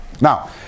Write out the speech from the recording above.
Now